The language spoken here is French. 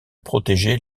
protéger